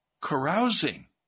Carousing